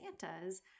Santas